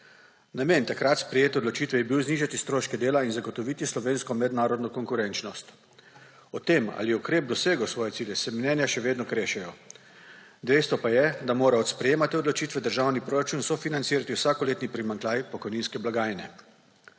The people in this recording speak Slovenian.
Namen takrat sprejete odločitve je bil znižati stroške dela in zagotovi slovensko mednarodno konkurenčnost. O tem, ali je ukrep dosegel svoje cilje, se mnenja še vedno krešejo. Dejstvo pa je, da mora od sprejema te odločite državni proračun sofinancirati vsakoletni primanjkljaj pokojninske blagajne.